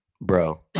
Bro